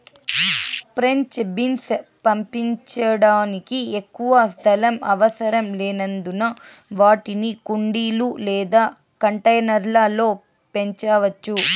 French beans పండించడానికి ఎక్కువ స్థలం అవసరం లేనందున వాటిని కుండీలు లేదా కంటైనర్ల లో పెంచవచ్చు